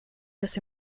this